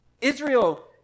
Israel